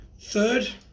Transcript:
third